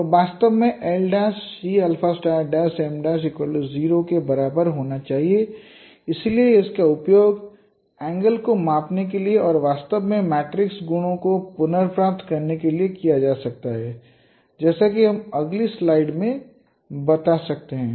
तब वास्तव में l'Cm' 0 के बराबर होना चाहिए इसलिए इसका उपयोग एंगल को मापने के लिए और वास्तव में मैट्रिक्स गुणों को पुनर्प्राप्त करने के लिए किया जा सकता है जैसा कि हम अगली स्लाइड में बता सकते हैं